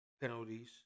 Penalties